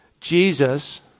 Jesus